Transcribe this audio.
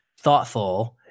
thoughtful